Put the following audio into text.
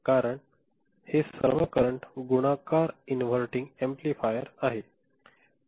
कारण हे सर्व करंट गुणाकार इन्व्हर्टिन्ग एम्पलीफायर आहे